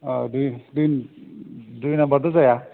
औ दुइ दुइ नाम्बारथ' जाया